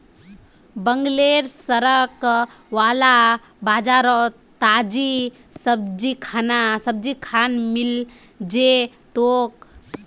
बगलेर सड़क वाला बाजारोत ताजी सब्जिखान मिल जै तोक